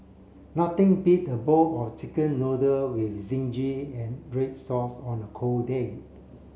nothing beat a bowl of chicken noodle with zingy and red sauce on a cold day